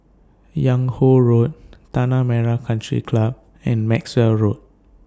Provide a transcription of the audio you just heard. Yung Ho Road Tanah Merah Country Club and Maxwell Road